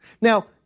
Now